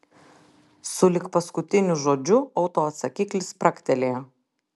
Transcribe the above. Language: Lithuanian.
sulig paskutiniu žodžiu autoatsakiklis spragtelėjo